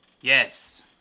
yes